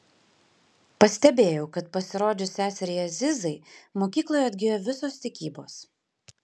pastebėjau kad pasirodžius seseriai azizai mokykloje atgijo visos tikybos